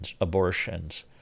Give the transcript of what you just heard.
abortions